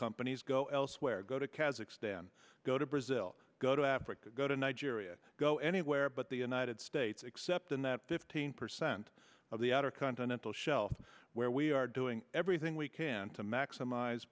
companies go elsewhere go to kazakstan go to brazil go to africa go to nigeria go anywhere but the united states except in that fifteen percent of the outer continental shelf where we are doing everything we can to maximize